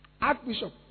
Archbishop